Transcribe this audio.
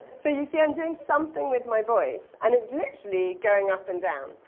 so you see i'm doing something with my voice, and it's literally going up and down.